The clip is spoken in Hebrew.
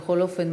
בכל אופן,